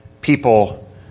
people